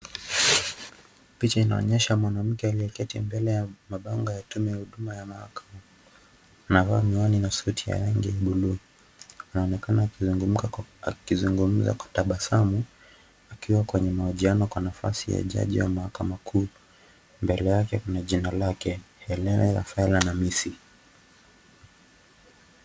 Picha inaonyesha mwanamke aliyeketi mbele ya mabango ya tume ya mahakama amevaa mihiwani na suti ya buluu inaonekana akizungumza kwa tabasamu akiwa kwenye mahojiano ya nafasi ya majaji ya mahakama kuu ,mbele yake kuna jina lake Helene Rafaela Namisi.